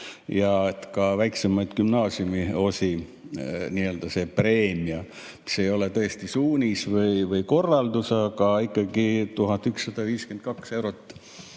ja ka väiksemaid gümnaasiumiosi. See nii-öelda preemia, see ei ole tõesti suunis või korraldus, aga ikkagi 1152 eurot